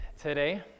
today